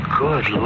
good